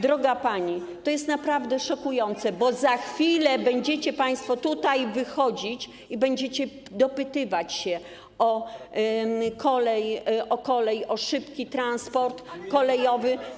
Droga pani, to jest naprawdę szokujące, bo za chwilę będziecie państwo tutaj wychodzić i będziecie dopytywać się o kolej, o szybki transport kolejowy.